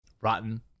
Rotten